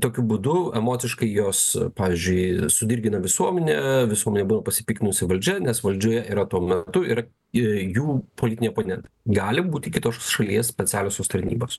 tokiu būdu emociškai jos pavyzdžiui sudirgina visuomenę visuomenė būna pasipiktinusi valdžia nes valdžioje yra tuo metu ir ir jų politiniai oponentai gali būti kitos šalies specialiosios tarnybos